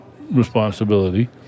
responsibility